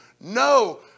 No